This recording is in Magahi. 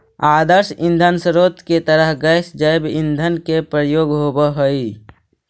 आदर्श ईंधन स्रोत के तरह गैस जैव ईंधन के प्रयोग होवऽ हई